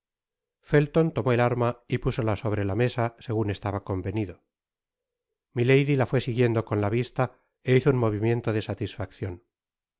felton tomó el arma y púsola sobre la mesa segun estaba convenido milady la fué siguiendo con la vista é hizo un movimiento de satisfaccion